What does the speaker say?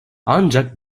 ancak